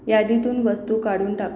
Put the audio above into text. यादीतून वस्तू काढून टाक